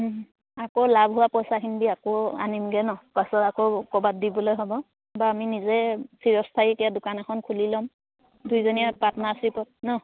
আকৌ লাভ হোৱা পইচাখিনন্দি আকৌ আনিমগে ন পাছত আকৌ ক'বাত দিবলৈ হ'ব বা আমি নিজে চিৰস্থায়ীকীয়া দোকান এখন খুলি ল'ম দুইজনীয়া পাৰ্টনাৰশ্বিপত ন